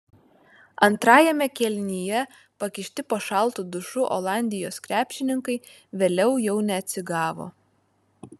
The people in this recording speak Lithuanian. antrajame kėlinyje pakišti po šaltu dušu olandijos krepšininkai vėliau jau neatsigavo